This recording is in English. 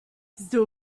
still